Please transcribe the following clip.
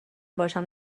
باشم